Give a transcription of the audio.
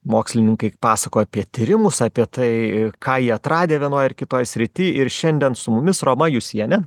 mokslininkai pasakoja apie tyrimus apie tai ką jie atradę vienoj ar kitoj srity ir šiandien su mumis roma jusienė